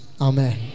Amen